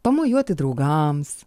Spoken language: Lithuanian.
pamojuoti draugams